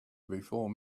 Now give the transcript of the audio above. before